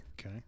Okay